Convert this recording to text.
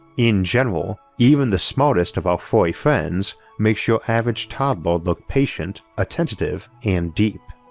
in general, even the smartest of our furry friends make your average toddler look patient, attentive, and deep.